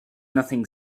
nothing